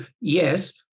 yes